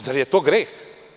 Zar je to greh?